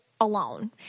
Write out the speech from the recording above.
alone